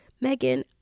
Megan